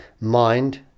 mind